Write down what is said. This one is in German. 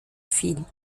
viel